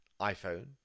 iPhone